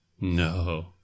No